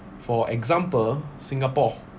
for example singapore